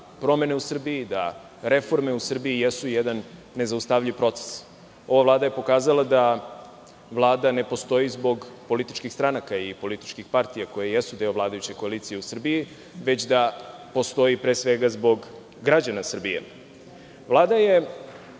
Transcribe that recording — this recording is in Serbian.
da promene i reforme u Srbiji jesu jedan nezaustavljiv proces. Ova vlada je pokazala da vlada ne postoji zbog političkih stranaka i političkih partija koje jesu deo vladajuće koalicije u Srbiji, već da postoji pre svega zbog građana Srbije. Vlada je